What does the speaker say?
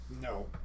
No